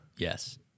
Yes